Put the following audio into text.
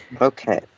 Okay